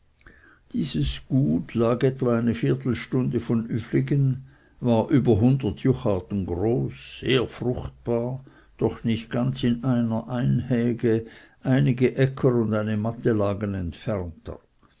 dieses gut lag etwa eine viertelstunde von üfligen war über hundert jucharten groß sehr fruchtbar doch nicht ganz in einer einhäge einige äcker und eine matte lagen entfernter